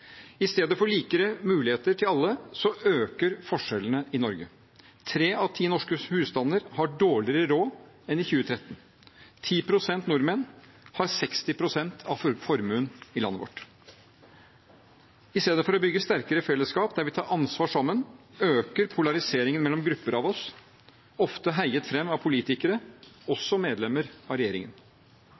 I stedet for likere muligheter til alle, øker forskjellene i Norge. Tre av ti norske husstander har dårligere råd enn i 2013. 10 pst. nordmenn har 60 pst. av formuen i landet vårt. I stedet for å bygge sterkere fellesskap der vi tar ansvar sammen, øker polariseringen mellom grupper av oss, ofte heiet fram av politikere, også medlemmer av regjeringen.